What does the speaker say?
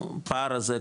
הפער הזה,